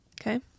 Okay